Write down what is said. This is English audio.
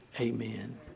Amen